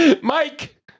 Mike